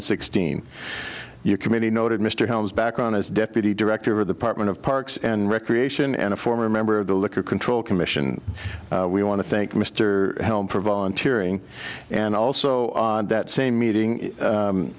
and sixteen your committee noted mr holmes back on as deputy director of the partment of parks and recreation and a former member of the liquor control commission we want to thank mr helm for volunteering and also on that same meeting